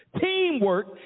Teamwork